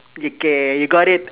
okay you got it